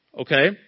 okay